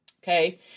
Okay